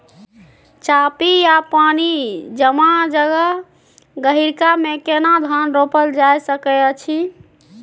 चापि या पानी जमा जगह, गहिरका मे केना धान रोपल जा सकै अछि?